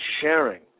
sharing